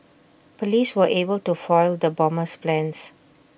Police were able to foil the bomber's plans